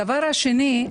הנושא השני,